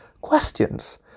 questions